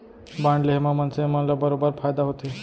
bond लेहे म मनसे मन ल बरोबर फायदा होथे